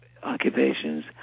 Occupations